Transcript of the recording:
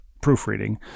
proofreading